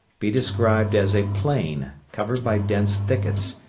be described as a plain, covered by dense thickets,